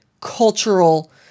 cultural